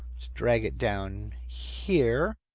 drag it down here.